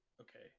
okay